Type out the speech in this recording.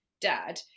dad